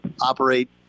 operate